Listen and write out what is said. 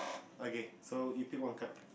okay so give you one card